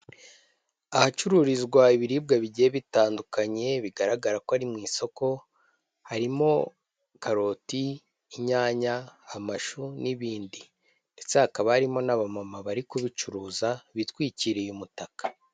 Ahacururizwa ibiribwa bigiye bitandukanye bigaragara ko ari mu isoko, harimo karoti, inyanya, amashu n'ibindi ndetse hakaba harimo n'aba mama bari kubicuruza bitwikiriye umutaka.